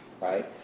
right